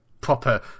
proper